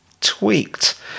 tweaked